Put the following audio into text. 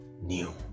new